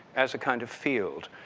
as a kind of field